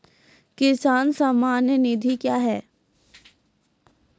किसान सम्मान निधि क्या हैं?